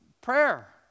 Prayer